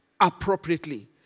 appropriately